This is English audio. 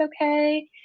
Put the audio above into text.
okay